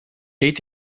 eight